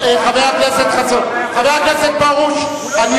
אדם מאמין, חבר הכנסת חסון, חבר הכנסת פרוש, אני